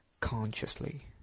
consciously